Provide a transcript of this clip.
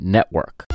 Network